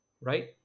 right